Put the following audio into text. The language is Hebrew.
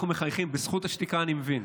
מאחר שאנחנו מחייכים, בזכות השתיקה אני מבין.